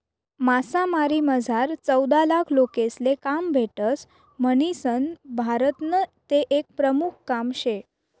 मासामारीमझार चौदालाख लोकेसले काम भेटस म्हणीसन भारतनं ते एक प्रमुख काम शे